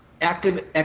active